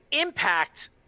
impact –